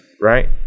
Right